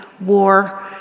war